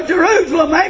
Jerusalem